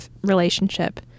relationship